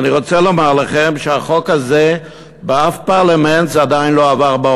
אני רוצה לומר לכם שהחוק הזה לא עבר עדיין באף פרלמנט בעולם.